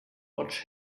watch